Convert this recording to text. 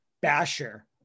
basher